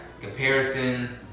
comparison